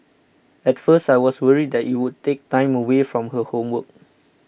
at first I was worried that it would take time away from her homework